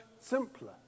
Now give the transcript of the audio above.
simpler